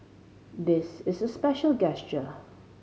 this is a special gesture